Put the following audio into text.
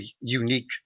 unique